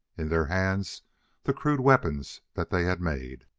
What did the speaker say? in their hands the crude weapons that they had made.